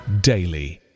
daily